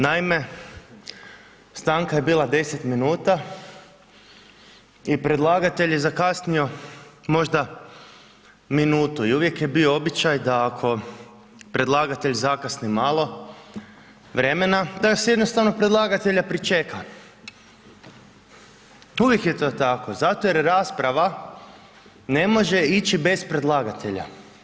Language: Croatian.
Naime, stanka je bila 10 minuta i predlagatelj je zakasnio, možda minutu i uvijek je bio običaj da ako predlagatelj zakasni malo vremena da se jednostavno predlagatelja pričeka, uvijek je to tako zato jer rasprava ne može ići bez predlagatelja.